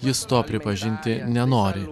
jis to pripažinti nenori